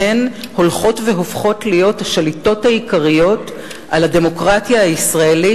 משפחות אלה הולכות והופכות לשליטות העיקריות על הדמוקרטיה הישראלית,